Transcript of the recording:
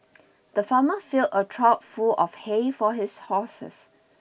the farmer filled a trough full of hay for his horses